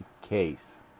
case